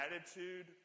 attitude